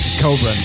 colburn